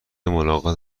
ملاقات